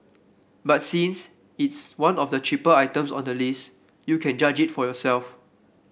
but since it's one of the cheaper items on the list you can judge it for yourself